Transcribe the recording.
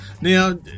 Now